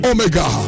Omega